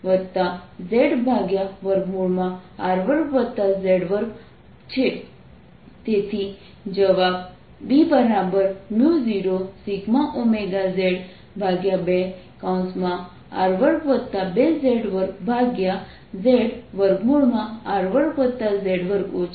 તેથી જવાબ B0σωz2 R22z2zR2z2 2 છે અને આ તમારો જવાબ છે